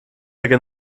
unter